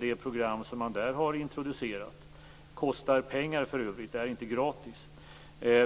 det program man där har introducerat inte är någon stor succé. Det kostar pengar för övrigt, det är inte gratis.